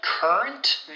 Current